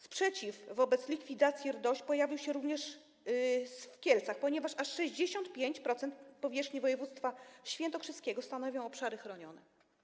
Sprzeciw wobec likwidacji RDOŚ pojawił się również w Kielcach, ponieważ aż 65% powierzchni województwa świętokrzyskiego stanowią obszary chronione.